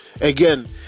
again